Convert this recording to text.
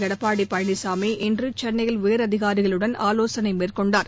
எடப்பாடி பழனிசாமி இன்று சென்னையில் உயரதிகாரிகளுடன் ஆலோசனை மேற்கொண்டார்